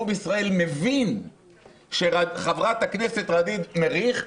בישראל מבין שחברת הכנסת ע'דיר כמאל מריח',